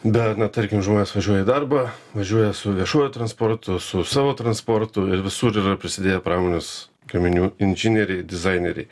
dar na tarkim žmonės važiuoja į darbą važiuoja su viešuoju transportu su savo transportu ir visur yra prisidėję pramonės gaminių inžinieriai dizaineriai